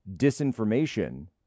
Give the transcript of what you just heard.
disinformation